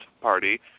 party